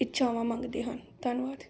ਇੱਛਾਵਾਂ ਮੰਗਦੇ ਹਨ ਧੰਨਵਾਦ